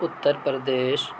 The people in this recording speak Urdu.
اُتر پردیش